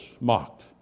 mocked